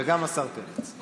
וגם השר פרץ.